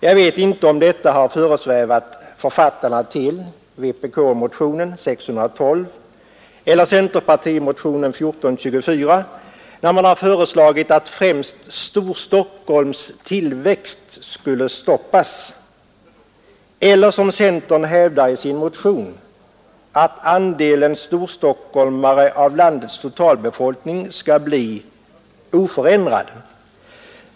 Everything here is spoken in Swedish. Jag vet inte om detta har föresvävat författarna till vpk-motionen 612 eller centerpartimotionen 1424, när man har föreslagit att främst Storstockholms tillväxt skulle stoppas, eller som centern hävdar i sin motion att andelen storstockholmare av landets totalbefolkning skall förbli oförändrad.